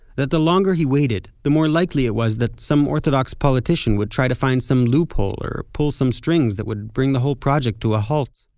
that the longer he waited, the more likely it was that some orthodox politician would try to find some loophole or pull some strings that would bring the whole project to a halt.